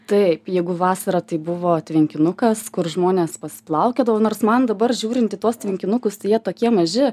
taip jeigu vasarą tai buvo tvenkinukas kur žmonės pas plaukiodavau nors man dabar žiūrint į tuos tvenkinukus tai jie tokie maži